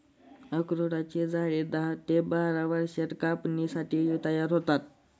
अक्रोडाची झाडे दहा ते बारा वर्षांत कापणीसाठी तयार होतात